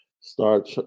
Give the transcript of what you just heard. start